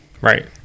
Right